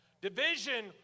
Division